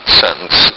sentence